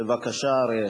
בבקשה, אריה.